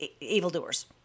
evildoers